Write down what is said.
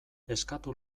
eskatu